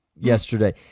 Yesterday